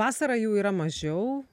vasarą jų yra mažiau